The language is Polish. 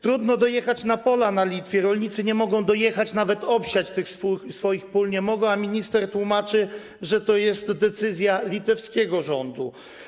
Trudno dojechać na pola na Litwie, rolnicy nie mogą dojechać, nawet obsiać tych swoich pól nie mogą, a minister tłumaczy, że to jest decyzja litewskiego rządu.